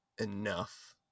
enough